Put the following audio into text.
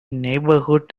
neighborhood